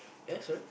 uh sorry